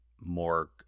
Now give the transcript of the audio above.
more